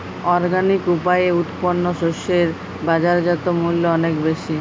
organic উপায়ে উৎপন্ন শস্য এর বাজারজাত মূল্য অনেক বেশি